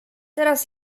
teraz